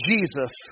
Jesus